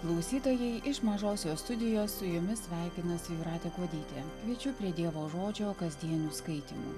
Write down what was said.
klausytojai iš mažosios studijos su jumis sveikinasi jūratė kuodytė kviečiu prie dievo žodžio kasdienių skaitymų